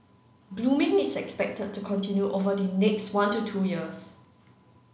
blooming is expected to continue over the next one to two years